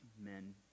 men